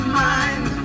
mind